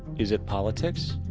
is it politics?